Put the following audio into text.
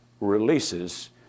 releases